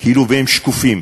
כאילו הם שקופים.